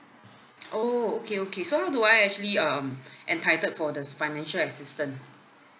oh okay okay so how do I actually um entitled for this financial assistance